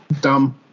Dumb